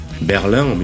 Berlin